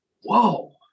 whoa